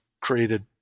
created